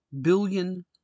billion